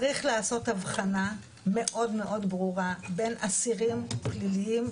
צריך לעשות הבחנה מאוד מאוד ברורה בין אסירים פליליים,